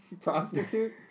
prostitute